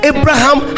Abraham